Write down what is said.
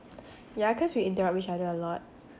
yeah cause we interrupt each other a lot